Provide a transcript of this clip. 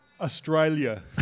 Australia